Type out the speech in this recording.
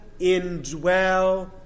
indwell